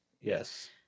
Yes